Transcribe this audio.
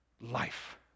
life